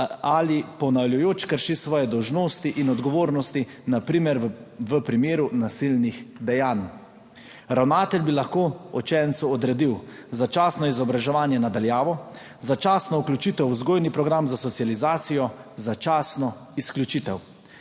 ali ponavljajoče krši svoje dolžnosti in odgovornosti, na primer v primeru nasilnih dejanj. Ravnatelj bi lahko učencu odredil začasno izobraževanje na daljavo, začasno vključitev v vzgojni program za socializacijo, začasno izključitev.